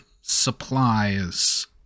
supplies